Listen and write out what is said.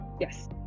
Yes